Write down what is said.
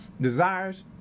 desires